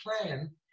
plan